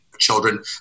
children